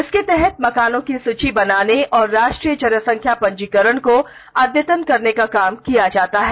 इसके तहत मकानों की सुची बनाने और राष्ट्रीय जनसंख्या पंजीकरण को अद्यतन करने का काम किया जाता है